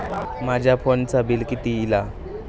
माझ्या फोनचा बिल किती इला?